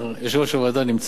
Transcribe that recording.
יושב-ראש הוועדה נמצא פה,